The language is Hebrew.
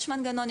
יש מנגנון,